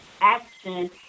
action